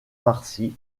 marcy